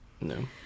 No